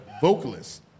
vocalist